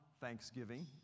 Thanksgiving